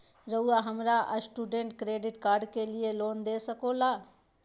रहुआ हमरा student credit card के लिए लोन दे सके ला?